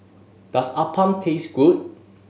does appam taste good